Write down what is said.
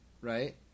right